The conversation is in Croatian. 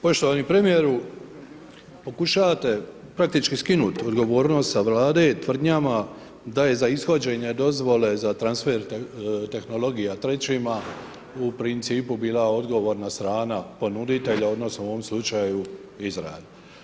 Poštovani premijeru, pokušavate praktički skinuti odgovornost sa Vlade tvrdnjama da je za ishođenje dozvole za transfer tehnologija trećima u principu bila odgovorna strana ponuditelja odnosno u ovom slučaju Izrael.